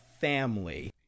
family